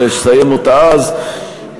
לסיים אותה אז,